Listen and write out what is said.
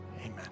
amen